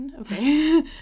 okay